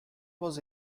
was